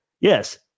Yes